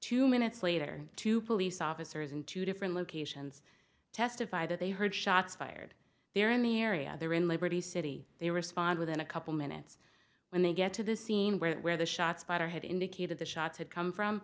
two minutes later two police officers in two different locations testify that they heard shots fired there in the area there in liberty city they respond within a couple minutes when they get to the scene where the shot spotter had indicated the shots had come from